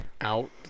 out